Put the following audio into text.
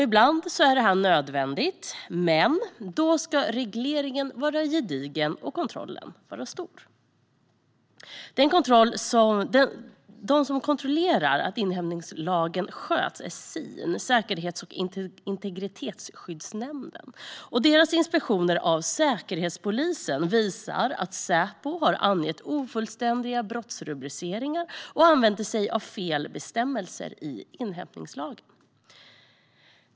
Ibland är det nödvändigt, men då ska regleringen vara gedigen och kontrollen stor. Den som kontrollerar att inhämtningslagen följs är Säkerhets och integritetsskyddsnämnden, SIN. Dess inspektion av Säkerhetspolisen visar att Säpo har angett ofullständiga brottsrubriceringar och använt sig av fel bestämmelser i inhämtningslagen.